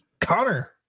Connor